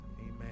Amen